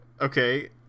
Okay